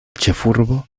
ĉefurbo